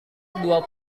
dua